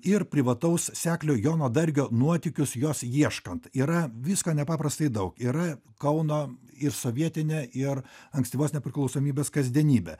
ir privataus seklio jono dargio nuotykius jos ieškant yra visko nepaprastai daug yra kauno ir sovietinė ir ankstyvos nepriklausomybės kasdienybė